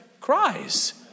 cries